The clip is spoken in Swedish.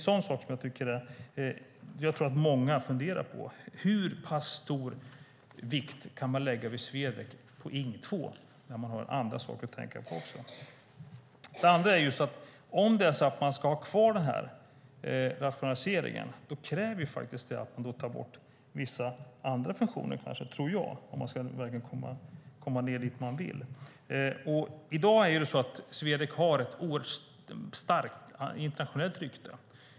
Jag tror att många funderar på detta. Hur stor vikt kan Ing 2 lägga på Swedec när man har andra saker att tänka på också? Ska man ha kvar rationaliseringen tror jag att det kräver att man tar bort vissa andra funktioner om man ska komma ned dit man vill. Swedec har ett starkt internationellt rykte.